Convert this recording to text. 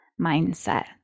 mindset